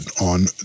on